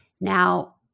Now